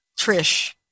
Trish